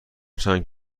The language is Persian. چند